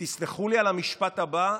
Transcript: ותסלחו לי על המשפט הבא,